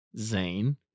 Zane